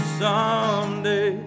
someday